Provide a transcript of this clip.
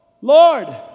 Lord